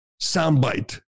soundbite